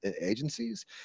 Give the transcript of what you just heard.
agencies